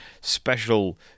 special